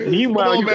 Meanwhile